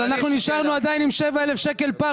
אנחנו נשארנו עדיין עם 7,000 שקלים פער